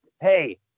hey